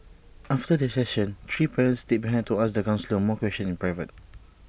after the session three parents stayed behind to ask the counsellor more questions in private